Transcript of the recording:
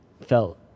felt